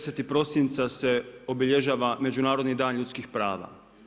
10. prosinca se obilježava Međunarodni dan ljudskih prava.